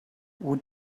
what